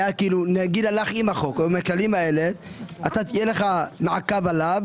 נגיד הלך עם החוק יהיה לך מעקב עליו.